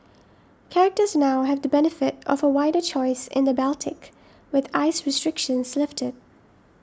charterers now have the benefit of a wider choice in the Baltic with ice restrictions lifted